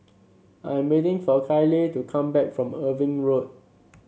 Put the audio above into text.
I am waiting for Kyleigh to come back from Irving Road